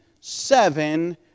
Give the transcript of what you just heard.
seven